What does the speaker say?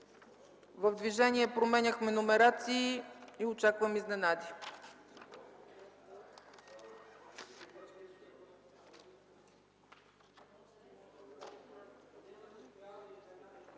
В движение променяхме номерации и очаквам изненади.